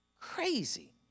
crazy